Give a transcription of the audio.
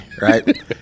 right